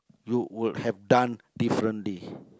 you would have done differently